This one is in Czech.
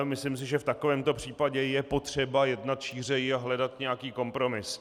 Myslím si, že v takovémto případě je potřeba jednat šířeji a hledat nějaký kompromis.